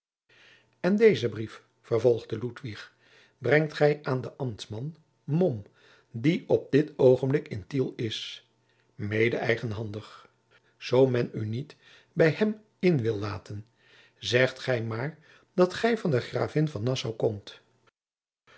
en dezen brief vervolgde ludwig brengt gij aan den ambtman mom die op dit oogenblik in tiel is mede eigenhandig zoo men u niet bij hem in wil laten zegt gij maar dat gij van de gravin van nassau komt